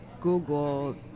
Google